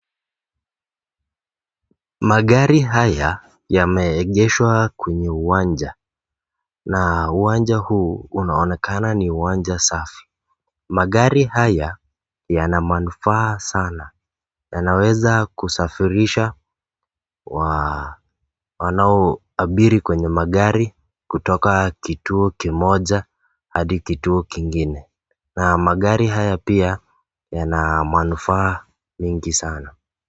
Magari haya yameegeshwa kwenye uwanja na uwanja huu unaonekana ni uwanja safi. Magari haya yana manufaa sana. Yanaweza kusafirisha wanaoabiri kwenye magari kutoka kituo kimoja hadi kituo kingine. Na magari haya pia yana manufaa mingi sana.